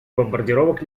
бомбардировок